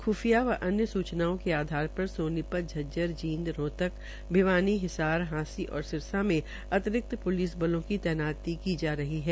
ख्फिया व अन्या सूचनाओं के आधार पर सोनीपत झज्जर जींद भिवानी हिसार हिसार हांसी और सिरसा में अतिरिक्त प्लसि बलों की तैनाती की जा रही है